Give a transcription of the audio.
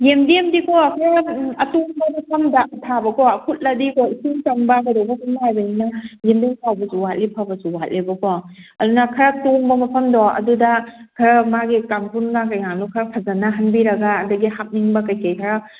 ꯌꯦꯟꯗꯦꯝꯗꯤ ꯎꯝ ꯑꯇꯣꯡꯕ ꯃꯐꯝꯗ ꯊꯥꯕꯀꯣ ꯀꯨꯠꯂꯗꯤꯀꯣ ꯏꯁꯤꯡ ꯆꯪꯕ ꯀꯩꯗꯧꯕ ꯑꯗꯨꯝ ꯅꯥꯏꯕꯅꯤꯅ ꯌꯦꯟꯗꯦꯝ ꯐꯕꯁꯨ ꯋꯥꯠꯂꯤ ꯐꯕꯁꯨ ꯋꯥꯠꯂꯦꯕꯀꯣ ꯑꯗꯨꯕ ꯈꯔ ꯇꯣꯡꯕ ꯃꯐꯝꯗꯣ ꯑꯗꯨꯗ ꯈꯔ ꯃꯥꯒꯤ ꯀꯥꯡꯈꯨꯜ ꯂꯥꯡ ꯀꯩꯀꯥꯗꯨ ꯈꯔ ꯐꯖꯅ ꯍꯟꯕꯤꯔꯒ ꯑꯗꯒꯤ ꯍꯥꯞꯅꯤꯡꯕ ꯀꯩꯀꯩ ꯈꯔ